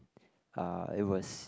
uh it was